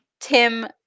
Tim